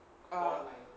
err